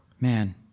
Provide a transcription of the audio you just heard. man